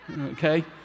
okay